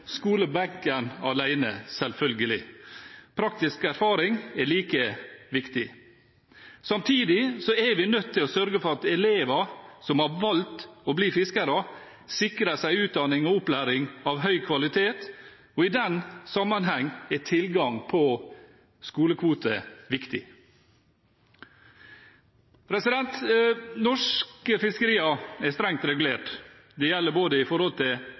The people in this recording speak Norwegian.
selvfølgelig. Praktisk erfaring er like viktig. Samtidig er vi nødt til å sørge for at elever som har valgt å bli fiskere, sikrer seg utdanning og opplæring av høy kvalitet, og i den sammenheng er tilgang på skolekvoter viktig. Norske fiskerier er strengt regulert. Det gjelder både hvem som har rett til